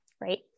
right